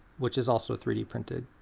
which is also three d printed.